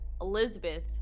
Elizabeth